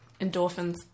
Endorphins